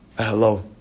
hello